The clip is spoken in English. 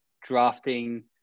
drafting